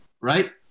right